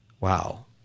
Wow